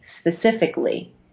specifically